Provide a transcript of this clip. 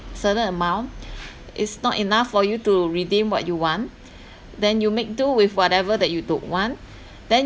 certain amount is not enough for you to redeem what you want then you make do with whatever that you don't want then